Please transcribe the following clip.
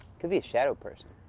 could be a shadow person.